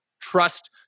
trust